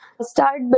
start